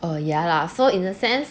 err yeah lah so in a sense